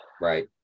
Right